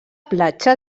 platja